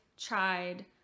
Tried